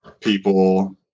people